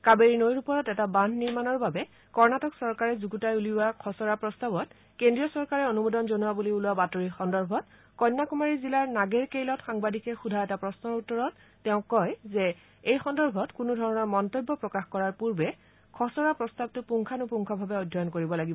কাবেৰী নৈৰ ওপৰত এটা বান্ধ নিৰ্মাণৰ বাবে কৰ্ণাটক চৰকাৰে যুগুতাই উলিওৱা খচৰা প্ৰস্তাৱত কেন্দ্ৰীয় চৰকাৰে অনুমোদন জনোৱা বুলি ওলোৱা বাতৰিৰ সন্দৰ্ভত কন্যাকুমাৰী জিলাৰ নাগেৰকইলত সাংবাদিকে সোধা এটা প্ৰশ্নৰ উত্তৰত তেওঁ কয় যে এই সন্দৰ্ভত কোনো ধৰণৰ মন্তব্য প্ৰকাশ কৰাৰ পূৰ্বে খচৰা প্ৰস্তাৱটো পুংখানুপুংখভাৱে অধ্যয়ন কৰিব লাগিব